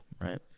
Right